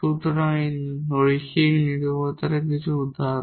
সুতরাং এটি লিনিয়ার ডিপেন্ডেটের কিছু উদাহরণ